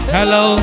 Hello